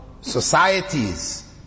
societies